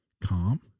calm